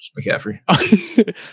McCaffrey